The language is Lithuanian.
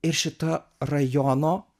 ir šita rajono